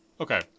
Okay